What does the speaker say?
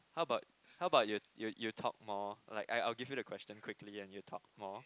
how about how about you you you talk more like I'll give you the question quickly and you talk more